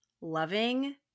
loving